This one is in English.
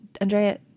Andrea